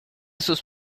sus